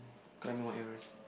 climb Mount Everest